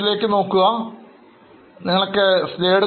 ഇപ്പോൾ നമുക്ക് Assets liabilities പറ്റി പെട്ടെന്ന് ഓർത്തെടുക്കാം